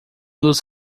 dos